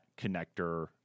connector